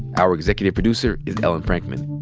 our executive producer is ellen frankman.